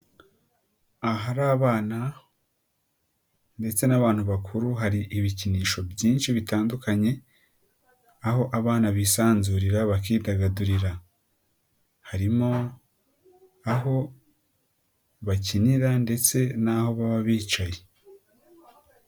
Ahari abana ndetse n'abantu bakuru hari ibikinisho byinshi bitandukanye, aho abana bisanzurira bakidagadurira harimo aho bakinira ndetse n'aho baba bicaye.